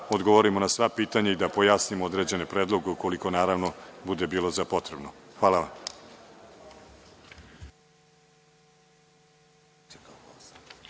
odgovorimo na sva pitanja i da pojasnimo određene predloge ukoliko, naravno, bude potrebno. Hvala vam.